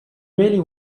really